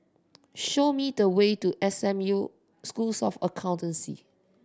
show me the way to S M U Schools of Accountancy